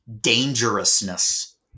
dangerousness